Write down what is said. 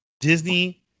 Disney